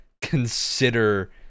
consider